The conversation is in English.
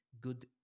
good